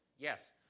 Yes